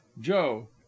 joe